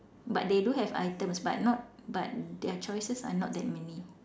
but they do have items but not but their choices are not that many